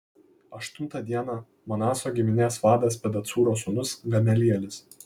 aštuntą dieną manaso giminės vadas pedacūro sūnus gamelielis